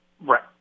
Right